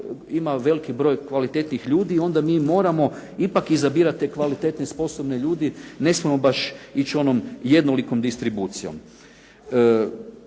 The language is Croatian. ima veliki broj kvalitetnih ljudi i onda mi moramo ipak izabirati te kvalitetne sposobne ljude, ne smijemo baš ići onom jednolikom distribucijom.